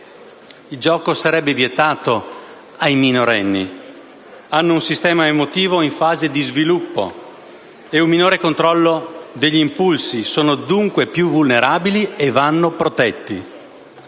Il gioco sarebbe vietato ai minorenni: hanno un sistema emotivo in fase di sviluppo e un minore controllo degli impulsi, sono dunque più vulnerabili e vanno protetti.